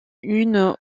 une